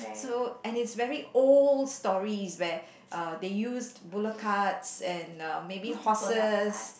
so and it's very old stories where uh they used bullock carts and um maybe horses